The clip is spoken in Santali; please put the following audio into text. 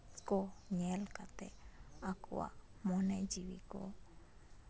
ᱠᱚ ᱧᱮᱞ ᱠᱟᱛᱮᱜ ᱟᱠᱚᱣᱟᱜ ᱢᱚᱱᱮ ᱡᱤᱣᱤ ᱠᱚ